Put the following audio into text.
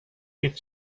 geht